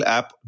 app